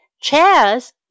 Chairs